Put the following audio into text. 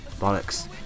bollocks